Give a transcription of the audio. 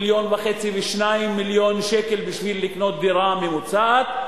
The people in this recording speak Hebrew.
מיליון ו-2 מיליון שקל בשביל לקנות דירה ממוצעת,